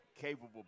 capable